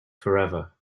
forever